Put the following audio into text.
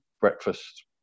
breakfast